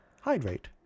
Hydrate